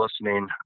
listening